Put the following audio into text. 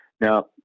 Now